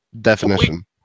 definition